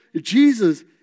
Jesus